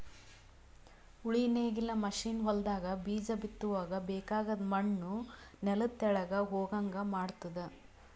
ಉಳಿ ನೇಗಿಲ್ ಮಷೀನ್ ಹೊಲದಾಗ ಬೀಜ ಬಿತ್ತುವಾಗ ಬೇಕಾಗದ್ ಮಣ್ಣು ನೆಲದ ತೆಳಗ್ ಹೋಗಂಗ್ ಮಾಡ್ತುದ